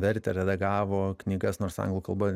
vertė redagavo knygas nors anglų kalba